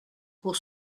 pour